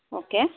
okay